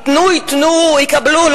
ייתנו יקבלו,